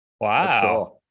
Wow